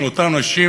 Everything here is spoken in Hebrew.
על אותם אנשים,